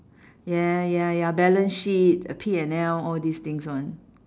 ya ya ya balance sheet P&L all these things [one]